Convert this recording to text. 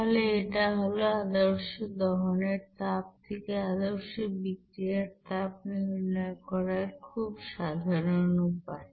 তাহলে এটা হল আদর্শ দহনের তাপ থেকে আদর্শ বিক্রিয়া তাপ নির্ণয় করার খুব সাধারণ উপায়